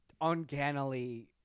uncannily